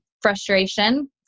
Frustration